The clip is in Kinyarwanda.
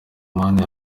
amani